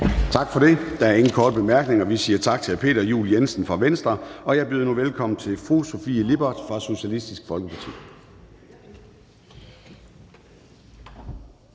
Gade): Der er ingen korte bemærkninger, og vi siger tak til hr. Peter Juel-Jensen fra Venstre. Jeg byder nu velkommen til fru Sofie Lippert fra Socialistisk Folkeparti.